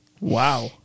Wow